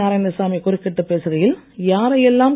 நாராயணசாமி குறுக்கிட்டு பேசுகையில் யாரையெல்லாம் வி